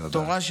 את התורה,